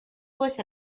poste